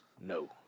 No